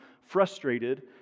frustrated